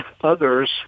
others